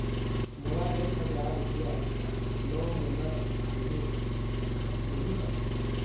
मोला एक हजार रुपया लोन लेना रीहिस, मिलही का?